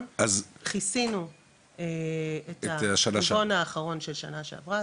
כיסינו את הרבעון האחרון של שנה שעברה,